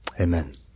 Amen